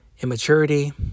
Immaturity